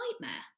nightmare